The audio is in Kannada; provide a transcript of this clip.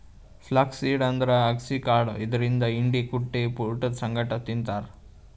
ಫ್ಲ್ಯಾಕ್ಸ್ ಸೀಡ್ ಅಂದ್ರ ಅಗಸಿ ಕಾಳ್ ಇದರಿಂದ್ ಹಿಂಡಿ ಕುಟ್ಟಿ ಊಟದ್ ಸಂಗಟ್ ತಿಂತಾರ್